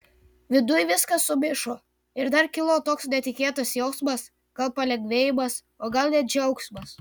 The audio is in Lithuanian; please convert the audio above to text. viduj viskas sumišo ir dar kilo toks netikėtas jausmas gal palengvėjimas o gal net džiaugsmas